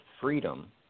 freedom